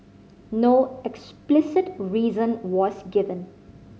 no explicit reason was given